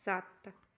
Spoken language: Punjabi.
ਸੱਤ